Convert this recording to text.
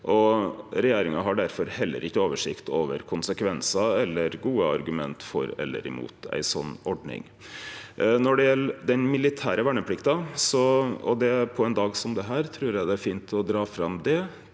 Regjeringa har difor heller ikkje oversikt over konsekvensar eller gode argument for eller imot ei slik ordning. Når det gjeld den militære verneplikta – og på ein dag som dette trur eg det er fint å dra fram det